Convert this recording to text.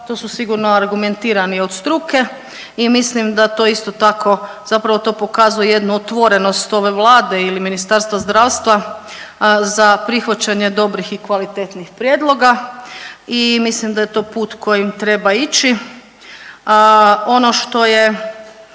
to su sigurno argumentirani od struke i mislim da to isto tako zapravo to pokazuje jednu otvorenost ove Vlade ili Ministarstva zdravstva za prihvaćanje dobrih i kvalitetnih prijedloga i mislim da je to put kojim treba ići. Ono što je